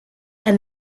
and